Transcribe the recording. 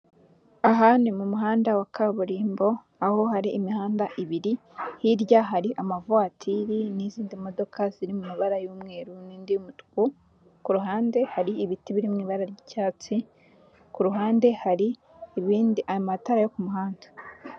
Aha ni mu muhanda wa kaburimbo, aho hari imihanda ibiri, hirya hari amavawatiri n'izindi modoka ziri mu mabara y'umweru n'indi y'umtuku, kuruhande hari ibiti biri mu ibara ryicyatsi, kuruhande hari ibindi amatara yo ku muhanda.